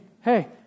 hey